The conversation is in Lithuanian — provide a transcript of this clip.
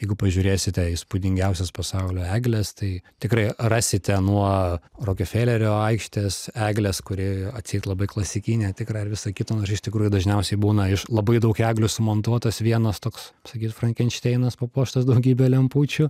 jeigu pažiūrėsite įspūdingiausios pasaulio eglės tai tikrai rasite nuo rokefelerio aikštės eglės kuri atseit labai klasikinė tikra ir visa kita nors iš tikrųjų dažniausiai būna iš labai daug eglių sumontuotas vienas toks kaip sakyt frankenšteinas papuoštas daugybe lempučių